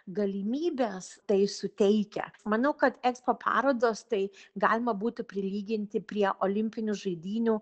galimybes tai suteikia manau kad ekspo parodos tai galima būtų prilyginti prie olimpinių žaidynių